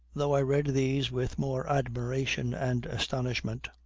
though i read these with more admiration and astonishment,